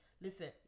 listen